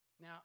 Now